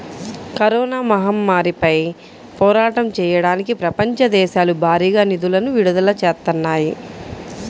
corona మహమ్మారిపై పోరాటం చెయ్యడానికి ప్రపంచ దేశాలు భారీగా నిధులను విడుదల చేత్తన్నాయి